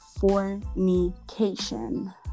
fornication